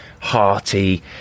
hearty